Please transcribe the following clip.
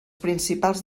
principals